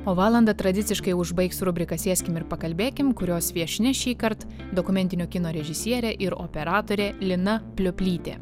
o valandą tradiciškai užbaigs rubrika sėskim ir pakalbėkim kurios viešnia šįkart dokumentinio kino režisierė ir operatorė lina plioplytė